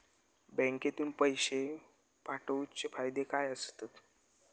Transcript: बँकेतून पैशे पाठवूचे फायदे काय असतत?